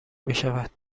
میشود